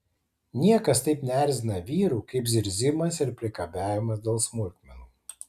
niekas taip neerzina vyrų kaip zirzimas ir priekabiavimas dėl smulkmenų